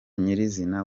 nyir’izina